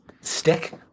stick